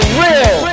real